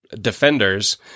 defenders